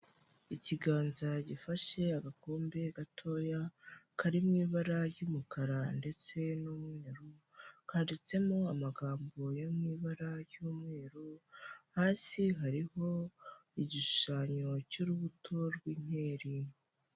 Ikiganza gifashe agakombe gatoya kari mu ibara ry'umukara ndetse n'umweru kanditsemo amagambo yo mu ibara ry'umweru, hasi hariho igishushanyo cy'urubuto rw'inkeri.